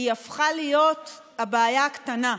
הפכה להיות הבעיה הקטנה.